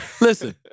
listen